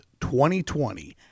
2020